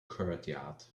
courtyard